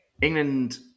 England